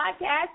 podcast